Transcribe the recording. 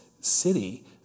city